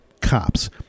cops